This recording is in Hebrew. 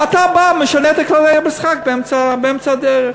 ואתה בא ומשנה את כללי המשחק באמצע הדרך.